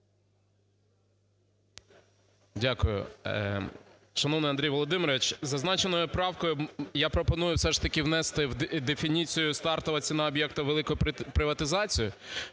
Дякую. Шановний Андрію Володимировичу, зазначеною правкою я пропоную все ж таки внести дефініцію "стартова ціна об'єкта великої приватизації".